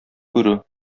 күрү